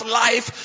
life